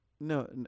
no